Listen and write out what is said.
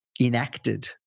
enacted